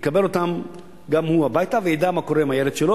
יקבל אותם גם הוא הביתה וידע מה קורה עם הילד שלו